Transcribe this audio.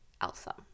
elsa